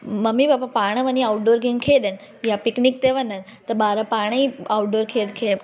mummy papa पाण वञी outdoor game खेॾनि या पिकनिक ते वञनि त ॿार पाण ई आउटडोर खेॾ खेॾ